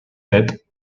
sept